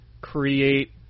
create